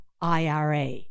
IRA